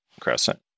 crescent